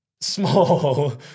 small